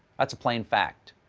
that's a plain fact.